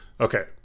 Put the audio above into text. okay